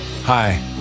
Hi